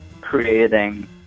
creating